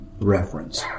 reference